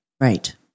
Right